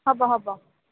হ'ব হ'ব